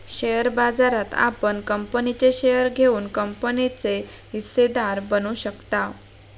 share बाजारात आपण कंपनीचे शेअर घेऊन कंपनीचे हिस्सेदार बनू शकताव